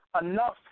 enough